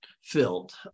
filled